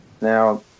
Now